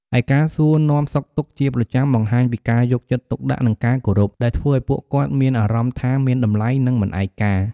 ឯការសួរនាំសុខទុក្ខជាប្រចាំបង្ហាញពីការយកចិត្តទុកដាក់ និងការគោរព ដែលធ្វើឱ្យពួកគាត់មានអារម្មណ៍ថាមានតម្លៃ និងមិនឯកា។